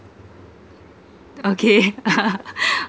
okay